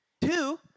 Two